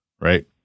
right